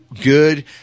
good